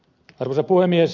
arvoisa puhemies